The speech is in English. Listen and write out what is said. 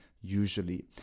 usually